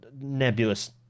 nebulous